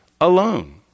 alone